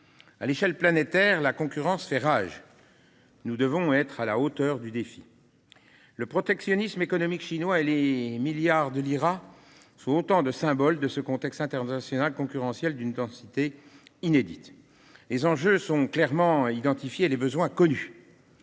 À l'échelle planétaire, la concurrence fait rage ; nous devons être à la hauteur du défi. Le protectionnisme économique chinois et les milliards de l'sont autant de symboles de ce contexte international concurrentiel, d'une densité inédite. Les enjeux sont clairement identifiés et les besoins connus.